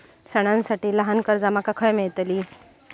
सणांसाठी ल्हान कर्जा माका खय मेळतली?